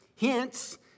Hence